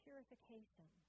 Purification